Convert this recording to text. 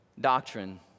doctrine